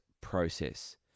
process